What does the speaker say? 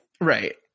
Right